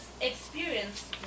experience